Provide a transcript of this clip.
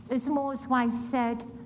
as more's wife said,